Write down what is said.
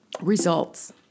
results